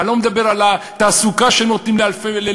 אני לא מדבר על התעסוקה שהם נותנים למפעלים,